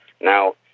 Now